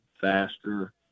faster